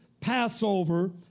Passover